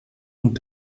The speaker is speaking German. und